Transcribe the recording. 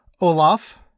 Olaf